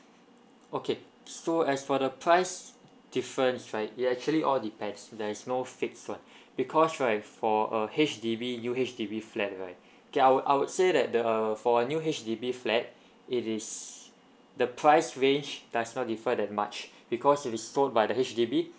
okay so as for the price difference right it actually all depends there's no fix one because right for uh H_D_B new H_D_B flat right I wou~ I would say that the for new H_D_B flat it is the price range does not defer that much because it is sold by the H_D_B